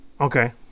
Okay